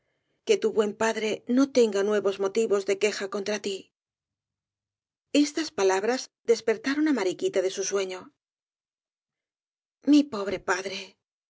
que tu buen padre no tenga nuevos motivos de queja contra ti estas palabras despertaron á mariquita de su sueño mi pobre padre